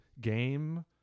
game